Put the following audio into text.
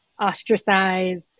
ostracized